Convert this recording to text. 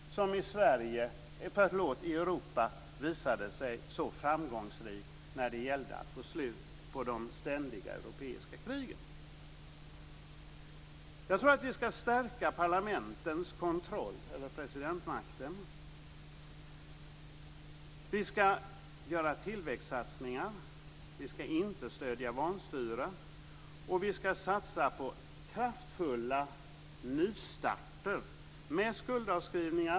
Jag tror att vi ska stärka parlamentens kontroll över presidentmakten.